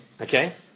Okay